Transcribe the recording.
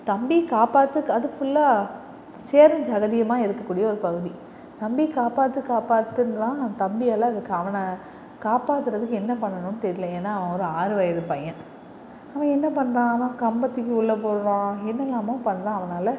தம்பி காப்பாற்று அது ஃபுல்லாக சேரும் சகதியுமாக இருக்கக்கூடிய ஒரு பகுதி தம்பி காப்பாற்று காப்பாற்றுன்றான் தம்பி எல்லாம் அதுக்கு அவனை காப்பாற்றதுக்கு என்ன பண்ணணும்னு தெரியல ஏன்னா அவன் ஆறு வயது பையன் அவன் என்ன பண்ணுறான் அவன் கம்ப தூக்கி உள்ளே போடுறான் என்னல்லாமோ பண்ணுறான் அவனால்